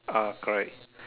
ah correct